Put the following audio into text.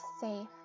safe